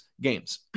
games